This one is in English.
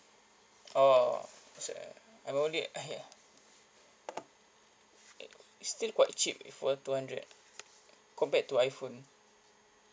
oh so yeah I'm only yeah it's still quite cheap for two hundred compared to iphone